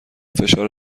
فشار